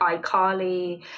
iCarly